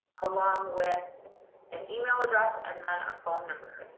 along with an email address and then a phone number